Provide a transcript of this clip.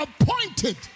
appointed